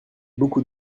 beaucoup